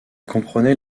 comprenait